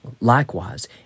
Likewise